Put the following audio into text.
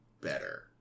better